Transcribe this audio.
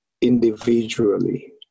individually